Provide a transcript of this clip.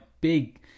big